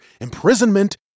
imprisonment